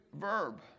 verb